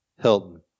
Hilton